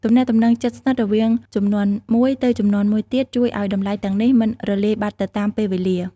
ទំនាក់ទំនងជិតស្និទ្ធរវាងជំនាន់មួយទៅជំនាន់មួយទៀតជួយឲ្យតម្លៃទាំងនេះមិនរលាយបាត់ទៅតាមពេលវេលា។